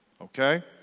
okay